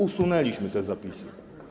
Usunęliśmy te zapisy.